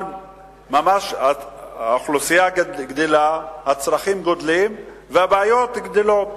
האוכלוסייה גדלה, הצרכים גדלים והבעיות גדלות,